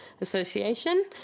Association